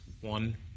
one